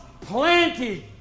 planted